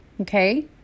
Okay